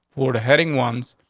for the heading ones,